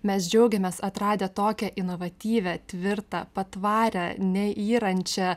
mes džiaugėmės atradę tokią inovatyvią tvirtą patvarią neyrančią